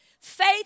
Faith